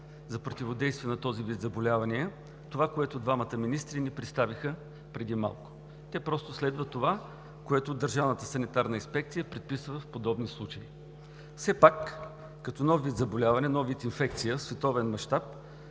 за противодействие на този вид заболявания – онова, което двамата министри ни представиха преди малко. Те просто следват това, което Държавната санитарна инспекция предписва в подобни случаи. Все пак, като нов вид заболяване, нов вид инфекция в световен мащаб,